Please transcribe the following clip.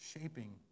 Shaping